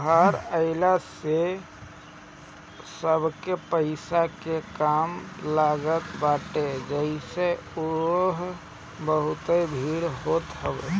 त्यौहार आइला से सबके पईसा के काम लागत बाटे जेसे उहा बहुते भीड़ होत हवे